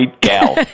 gal